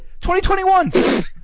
2021